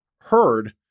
heard